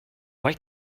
why